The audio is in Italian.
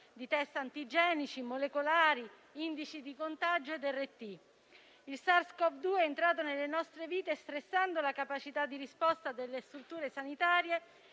di test antigenici, molecolari, indici di contagio Rt. Il SARS-Cov-2 è entrato nelle nostre vite stressando la capacità di risposta delle strutture sanitarie